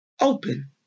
open